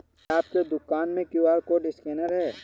क्या आपके दुकान में क्यू.आर कोड स्कैनर है?